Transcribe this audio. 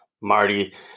Marty